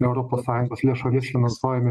europos sąjungos lėšomis finansuojami